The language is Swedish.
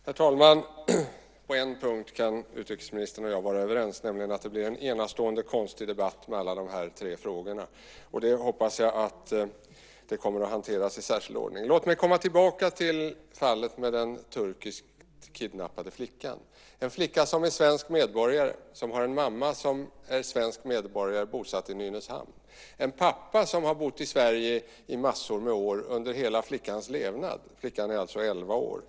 Herr talman! På en punkt kan utrikesministern och jag vara överens, nämligen att det blir en enastående konstig debatt med alla de tre frågorna. Det hoppas jag kommer att hanteras i särskild ordning. Låt mig komma tillbaka till fallet med den kidnappade turkiska flickan. Det är en flicka som är svensk medborgare, som har en mamma som är svensk medborgare bosatt i Nynäshamn. Hon har en pappa som har bott i Sverige i massor av år - under hela flickans levnad. Flickan är elva år.